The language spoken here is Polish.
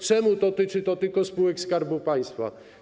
Czemu to dotyczy tylko spółek Skarbu Państwa?